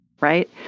right